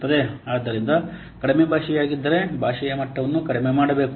ಆದ್ದರಿಂದ ಕಡಿಮೆ ಭಾಷೆಯಾಗಿದ್ದರೆ ಭಾಷೆಯ ಮಟ್ಟವನ್ನು ಕಡಿಮೆ ಮಾಡಿಬೇಕು